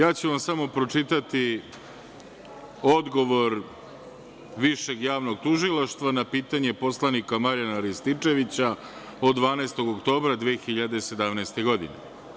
Samo ću vam pročitati odgovor Višeg javnog tužilaštva na pitanje poslanika Marijana Rističevića od 12. oktobra 2017. godine.